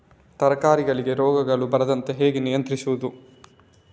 ತರಕಾರಿಗಳಿಗೆ ರೋಗಗಳು ಬರದಂತೆ ಹೇಗೆ ನಿಯಂತ್ರಿಸುವುದು?